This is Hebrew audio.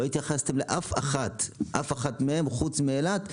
לא התייחסתם לאף אחת מהן חוץ מאילת,